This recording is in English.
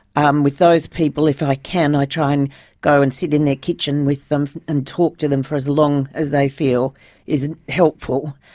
um with those people if i can, i try and go and sit in their kitchen with them and talk to them for as long as they feel is helpful.